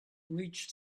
reached